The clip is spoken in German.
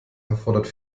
erfordert